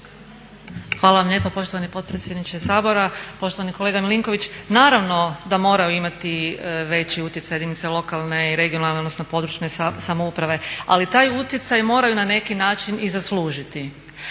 Hvala vam lijepo poštovani potpredsjedniče Sabora. Poštovani kolega MIlinković, naravno da moraju imati veći utjecaj jedinice lokalne, regionalne odnosno područne samouprave, ali taj utjecaj moraju na neki način i zaslužiti.